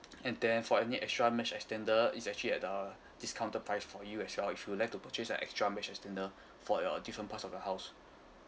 and then for any extra mesh extender it's actually at a discounted price for you as well if you like to purchase an extra mesh extender for your different parts of the house